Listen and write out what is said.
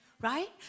right